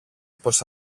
πως